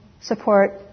support